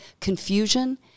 confusion